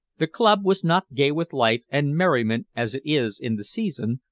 the club was not gay with life and merriment as it is in the season,